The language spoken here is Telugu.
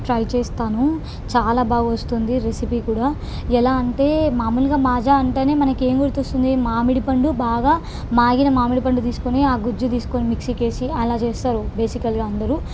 ట్రై చేస్తాను చాలా బాగా వస్తుంది రెసిపీ కూడా ఎలా అంటే మామూలుగా మాజా అంటే మనకేం గుర్తు వస్తుంది మామిడిపండు బాగా మాగిన మామిడి పండు తీసుకుని ఆ గుజ్జు తీసుకుని మిక్సీకి వేసి అలా చేస్తారు బేసికల్గా అందరు